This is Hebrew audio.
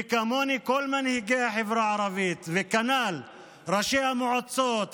וכמוני לכל מנהיגי החברה הערבית וכנ"ל ראשי המועצות,